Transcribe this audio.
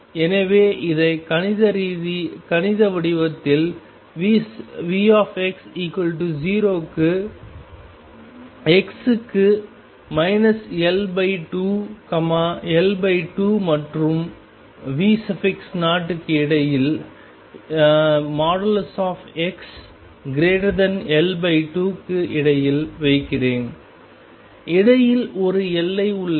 எனவே இதை கணித வடிவத்தில் Vx0 க்கு x க்கு L2 L2 மற்றும் V0 க்கு இடையில் xL2 க்கு இடையில் வைக்கிறேன் இடையில் ஒரு எல்லை உள்ளது